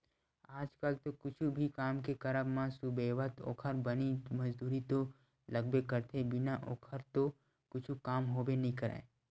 आज कल तो कुछु भी काम के करब म सुबेवत ओखर बनी मजदूरी तो लगबे करथे बिना ओखर तो कुछु काम होबे नइ करय